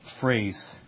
phrase